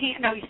no